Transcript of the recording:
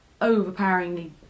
overpoweringly